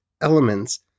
elements